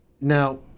Now